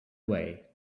away